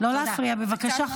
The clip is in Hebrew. לא להפריע, בבקשה.